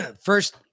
first